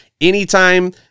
anytime